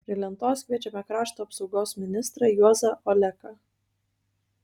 prie lentos kviečiame krašto apsaugos ministrą juozą oleką